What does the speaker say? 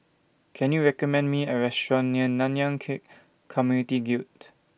Can YOU recommend Me A Restaurant near Nanyang Khek Community Guild